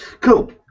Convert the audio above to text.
Cool